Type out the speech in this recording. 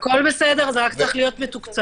הכול בסדר, זה רק צריך להיות מתוקצב.